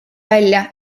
välja